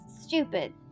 stupid